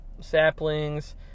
saplings